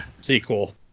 sequel